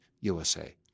USA